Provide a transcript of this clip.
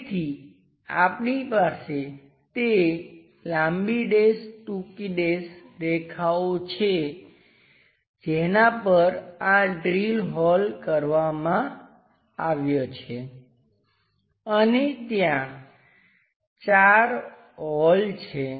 તેથી આપણી પાસે તે લાંબી ડેશ ટૂંકી ડેશ રેખાઓ છે જેના પર આ ડ્રિલ હોલ કરવામાં આવ્યા છે અને ત્યાં ચાર હોલ છે